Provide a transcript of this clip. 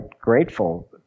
grateful